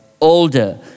older